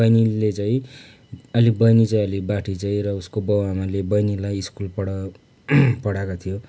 बहिनीले चाहिँ अलिक बहिनी चाहिँ अलि बाठी चाहिँ र उसको बाउ आमाले बहिनीलाई स्कुल पढा पढाएको थियो